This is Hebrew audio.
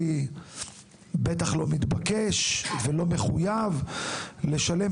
בטח לא נראה לי מתבקש ולא מחויב לשלם